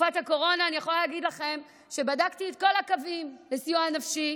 בתקופת הקורונה אני יכולה להגיד לכם שבדקתי את כל הקווים לסיוע נפשי.